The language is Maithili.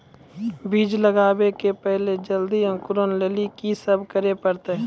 बीज लगावे के पहिले जल्दी अंकुरण लेली की सब करे ले परतै?